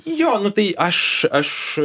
jo nu tai aš aš